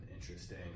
interesting